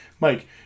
Mike